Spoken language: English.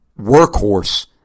workhorse